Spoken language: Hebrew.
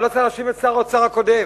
אבל לא צריך להאשים את שר האוצר הקודם,